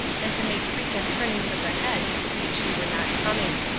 and to make frequent turnings of the head to see if she were not coming.